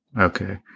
Okay